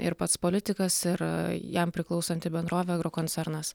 ir pats politikas ir jam priklausanti bendrovė agrokoncernas